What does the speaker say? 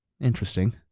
interesting